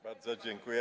Bardzo dziękuję.